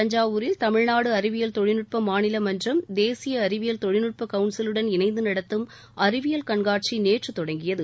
தஞ்சாவூரில் தமிழ்நாடு அறிவியல் தொழில்நுட்ப மாநில மன்றம் தேசிய அறிவியல் தொழில்நுட்பக் கவுன்சிலுடன் இணைந்து நடத்தும் அறிவியல் கண்காட்சி நேற்று தொடங்கியது